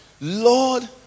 Lord